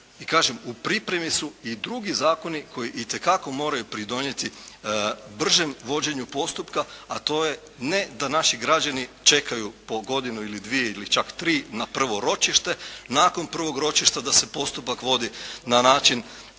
u pripremi su i drugi zakoni koji itekako moraju pridonijeti bržem vođenju postupka, a to je ne da naši građani čekaju po godinu ili dvije ili čak tri na prvo ročište. Nakon prvog ročišta da se postupak vodi na način